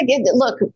look